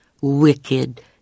wicked